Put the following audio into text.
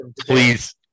please